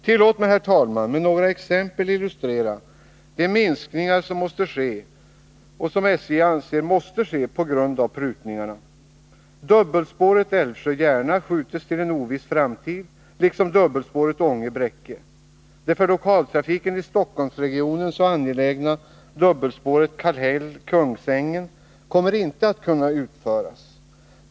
Tillåt mig, herr talman, att med några exempel illustrera de minskningar som måste ske och som SJ anser måste ske på grund av prutningarna. Dubbelspåret Älvsjö-Järna skjuts till en oviss framtid liksom dubbelspåret Ånge-Bräcke. Det för lokaltrafiken i Stockholmsregionen så angelägna dubbelspåret Kallhäll-Kungsängen kommer inte att kunna utföras.